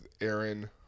Aaron